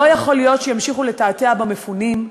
לא יכול להיות שימשיכו לתעתע במפונים,